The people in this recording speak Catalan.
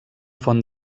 font